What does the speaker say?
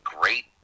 great